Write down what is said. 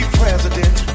president